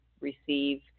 receive